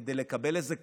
כדי לקבל איזה כותרת,